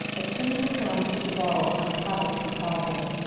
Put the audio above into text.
as soon as the crown should devolve on a protestant sovereign.